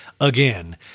again